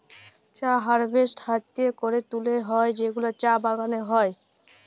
চা হারভেস্ট হ্যাতে ক্যরে তুলে হ্যয় যেগুলা চা বাগালে হ্য়য়